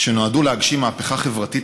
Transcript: שנועדו להגשים מהפכה חברתית,